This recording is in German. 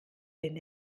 bin